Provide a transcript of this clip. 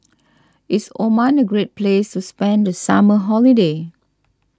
is Oman a great place to spend the summer holiday